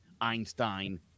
Einstein